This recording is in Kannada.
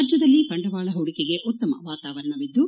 ರಾಜ್ಯದಲ್ಲಿ ಬಂಡವಾಳ ಹೂಡಿಕೆಗೆ ಉತ್ತಮ ವಾತಾವರಣವಿದ್ಲು